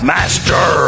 Master